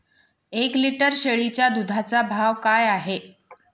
एक लिटर शेळीच्या दुधाचा भाव काय आहे?